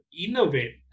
innovate